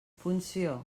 funció